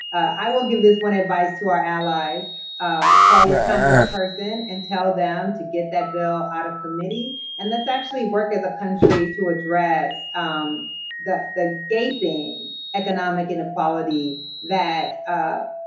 i will give this one advice to our allies call your congressperson and tell them to get that bill out of committee, and let's actually work as a country to address the gaping economic inequality that a